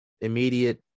immediate